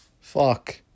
Fuck